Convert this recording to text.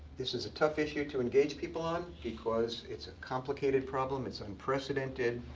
this is a tough issue to engage people on, because it's a complicated problem, it's unprecedented.